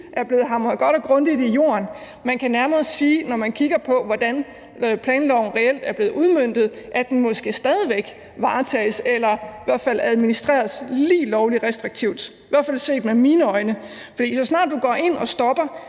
er blevet hamret godt og grundigt i jorden. Man kan nærmere sige, når man kigger på, hvordan planloven reelt er blevet udmøntet, at den måske stadig væk varetages eller i hvert fald administreres lige lovlig restriktivt, i hvert fald set med mine øjne. For så snart du går ind og stopper